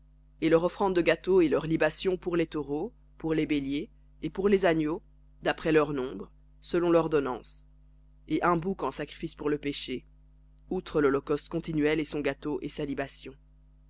et leur offrande de gâteau et leurs libations pour les taureaux pour les béliers et pour les agneaux d'après leur nombre selon lordonnance et un bouc en sacrifice pour le péché outre l'holocauste continuel et son gâteau et sa libation